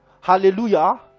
Hallelujah